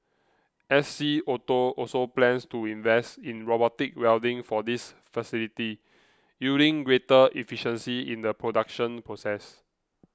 S C Auto also plans to invest in robotic welding for this facility yielding greater efficiency in the production process